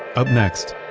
up next,